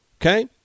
okay